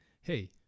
hey